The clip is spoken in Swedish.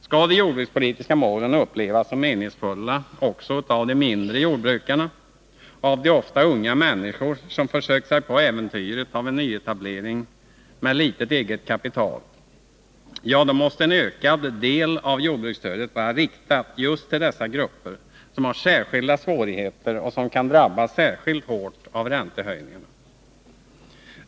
Skall de jordbrukspolitiska målen upplevas som meningsfulla också av de mindre jordbrukarna och av de ofta unga människor som försökt sig på äventyret att nyetablera med litet eget kapital, ja, då måste en ökad del av jordbruksstödet vara riktat just till dessa grupper som har särskilda svårigheter och som kan drabbas särskilt hårt av räntehöjningarna.